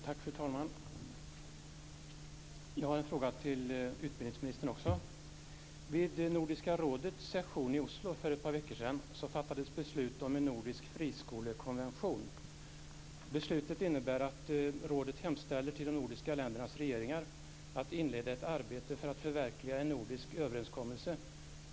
Fru talman! Jag har också en fråga till utbildningsministern. Vid Nordiska rådets session i Oslo för ett par veckor sedan fattades beslut om en nordisk friskolekonvention. Beslutet innebär att rådet hemställer till de nordiska ländernas regeringar att inleda ett arbete för att förverkliga en nordisk överenskommelse.